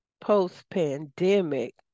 post-pandemic